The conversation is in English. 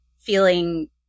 feeling